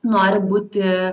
nori būti